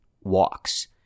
walks